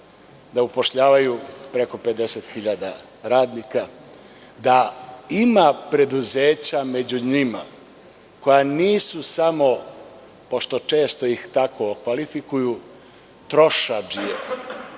da upošljavaju preko 50.000 radnika, da ima preduzeća među njima koja nisu samo, često ih tako okvalifikuju, trošadžije,